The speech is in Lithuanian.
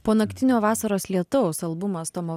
po naktinio vasaros lietaus albumas tomo